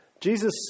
Jesus